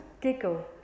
Giggle